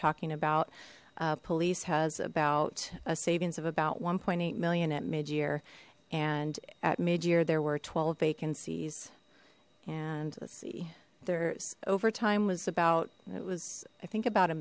talking about police has about a savings of about one point eight million at mid year and at mid year there were twelve vacancies and let's see there's overtime was about it was i think about a